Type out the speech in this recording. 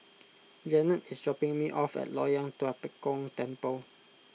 Jennette is dropping me off at Loyang Tua Pek Kong Temple